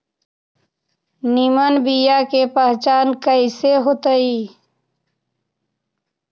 निमन बीया के पहचान कईसे होतई?